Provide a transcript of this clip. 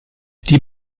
die